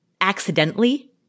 accidentally